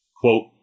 Quote